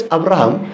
Abraham